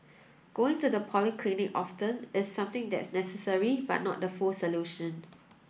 going to the polyclinic often is something that's necessary but not the full solution